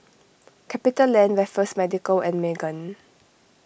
CapitaLand Raffles Medical and Megan